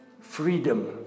Freedom